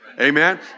Amen